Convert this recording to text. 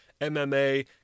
MMA